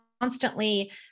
constantly